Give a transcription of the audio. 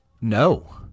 no